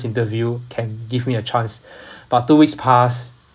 interview can give me a chance but two weeks passed